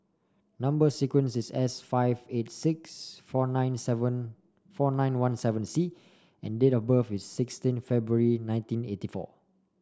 number sequence is S five eight six four nine seven four nine one seven C and date of birth is sixteen February nineteen eighty four